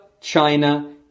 China